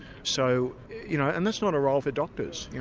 so you know and that's not a role for doctors. yeah